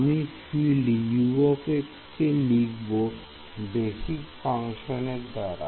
আমি field U কে লিখবো বেসিক ফাংশন এর দ্বারা